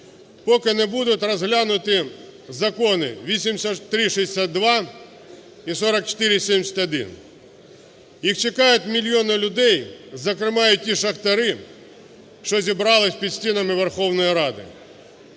поки не будуть розглянуті закони 8362 і 4471. Їх чекають мільйони людей, зокрема і ті шахтарі, що зібралися під стінами Верховної Ради.